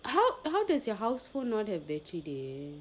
how how does your household known have battery they